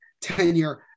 tenure